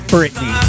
Britney